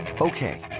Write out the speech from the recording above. Okay